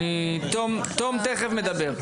תום תכף מדבר.